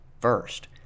first